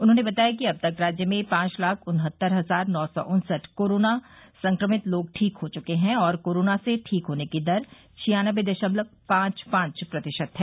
उन्होंने बताया कि अब तक राज्य में पांच लाख उन्हत्तर हजार नौ सौ उन्सठ कोरोना संक्रमित लोग ठीक हो चुके हैं और कोरोना से ठीक होने की दर छियान्नबे दशमलव पांच पांच प्रतिशत है